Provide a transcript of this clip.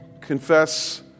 confess